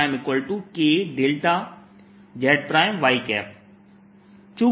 इस प्रकार jrKδzy